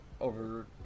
over